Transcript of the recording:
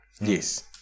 Yes